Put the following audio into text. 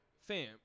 Fam